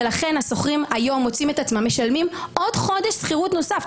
ולכן השוכרים מוצאים את עצמם היום משלמים עוד חודש שכירות נוספת.